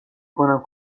کنم